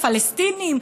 על פלסטינים,